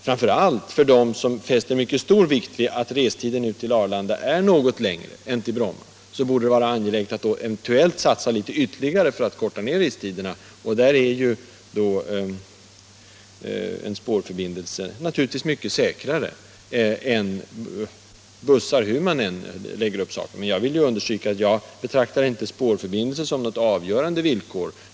Framför allt för dem som fäster mycket stor vikt vid att restiden till Arlanda är något längre än till Bromma borde det vara angeläget att eventuellt satsa litet ytterligare för att korta ned restiden. En spårförbindelse är naturligtvis mycket säkrare än bussar, hur man än lägger upp det. Jag vill understryka att jag inte betraktar en spårförbindelse som något avgörande villkor.